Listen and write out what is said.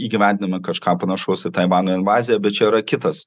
įgyvendinimui kažką panašaus į taivano invaziją bet čia yra kitas